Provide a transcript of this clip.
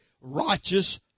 righteous